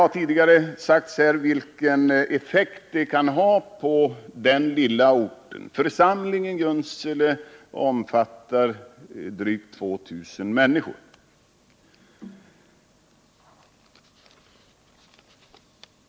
Församlingen Junsele omfattar drygt 2 000 människor, och det har tidigare sagts vilken effekt en nedläggning kan få för denna lilla ort.